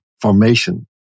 formation